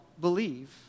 believe